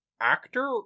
actor